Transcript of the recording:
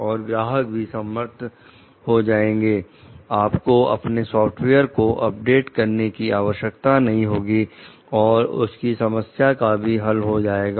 और ग्राहक भी समर्थ हो जाएंगे आपको अपने सॉफ्टवेयर को अपडेट करने की आवश्यकता नहीं होगी और उनकी समस्या का भी हल हो जाएगा